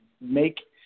make